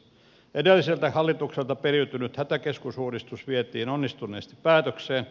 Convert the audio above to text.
edelliseltä hallitukselta periytynyt hätäkeskusuudistus vietiin onnistuneesti päätökseen